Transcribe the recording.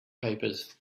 papers